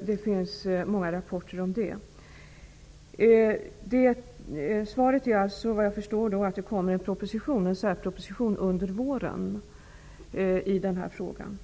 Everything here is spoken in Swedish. Det finns många rapporter som styrker detta. Svaret är att det kommer en särproposition under våren i frågan.